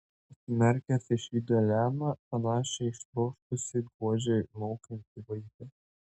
atsimerkęs išvydo eleną panašią į ištroškusį godžiai maukiantį vaiką